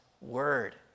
word